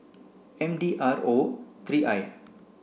M D R O three I